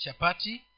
chapati